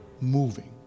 moving